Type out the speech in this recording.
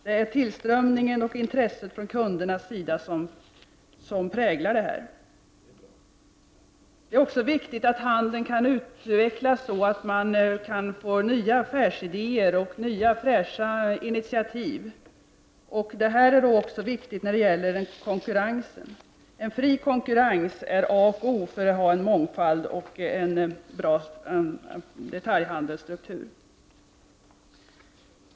Det är tillströmningen och intresset från kundernas sida som präglar detta. Det är också viktigt att handeln utvecklas så att det skapas nya affärsidéer och att det tas nya fräscha initiativ. Detta är också viktigt för konkurrensen. En fri konkurrens är a och o för att skapa mångfald och en bra detaljhandelsstruktur.